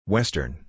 Western